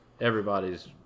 everybody's